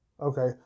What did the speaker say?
Okay